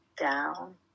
down